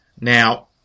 Now